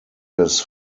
his